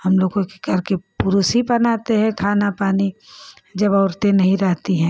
हम लोगों के घर के पुरुष ही बनाते हैं खाना पानी जब औरतें नहीं रहती हैं